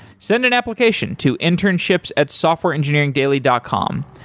send an application to internships at softwareengineeringdaily dot com.